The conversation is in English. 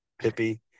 Pippi